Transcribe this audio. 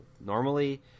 normally